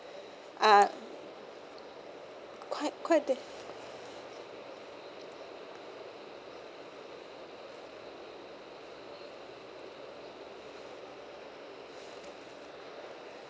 uh quite quite